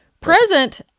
Present